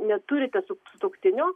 neturite su sutuoktinio